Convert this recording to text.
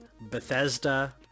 Bethesda